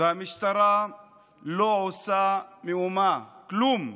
והמשטרה לא עושה מאומה, כלום.